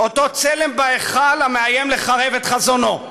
אותו צלם בהיכל המאיים לחרב את חזונו.